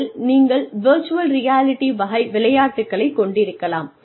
அதில் நீங்கள் virtual reality வகை விளையாட்டுகளை கொண்டிருக்கலாம்